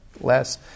less